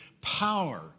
power